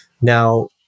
Now